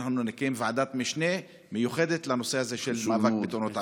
שאנחנו נקים ועדת משנה מיוחדת לנושא הזה של מאבק בתאונות עבודה.